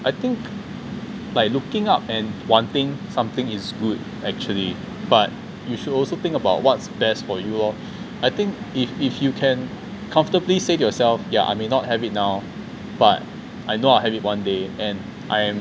I think like looking up and wanting something is good actually but you should also think about what's best for you lor I think if if you can comfortably say yourself yeah I may not have it now but I know I have it one day and I am